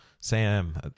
Sam